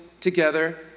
together